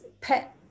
pet